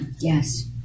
Yes